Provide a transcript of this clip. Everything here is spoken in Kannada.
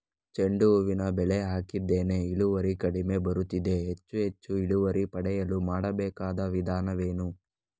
ಚೆಂಡು ಹೂವಿನ ಬೆಳೆ ಹಾಕಿದ್ದೇನೆ, ಇಳುವರಿ ಕಡಿಮೆ ಬರುತ್ತಿದೆ, ಹೆಚ್ಚು ಹೆಚ್ಚು ಇಳುವರಿ ಪಡೆಯಲು ಮಾಡಬೇಕಾದ ವಿಧಾನವೇನು?